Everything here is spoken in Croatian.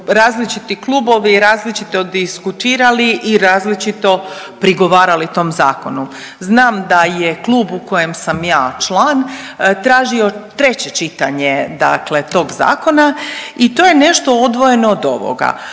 različiti klubovi i različito diskutirali i različito prigovarali tom zakonu. Znam da je klub u kojem sam ja član tražio treće čitanje dakle tog zakona i to je nešto odvojeno od ovoga.